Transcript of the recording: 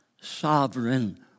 sovereign